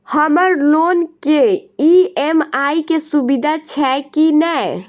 हम्मर लोन केँ ई.एम.आई केँ सुविधा छैय की नै?